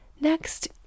Next